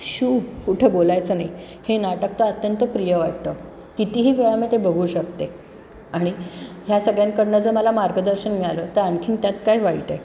shoe कुठं बोलायचं नाही हे नाटक तर अत्यंत प्रिय वाटतं कितीही वेळा मी ते बघू शकते आणि ह्या सगळ्यांकडनं जर मला मार्गदर्शन मिळालं तर आणखीन त्यात काय वाईट आहे